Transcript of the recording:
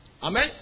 Amen